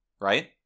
Right